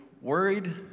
worried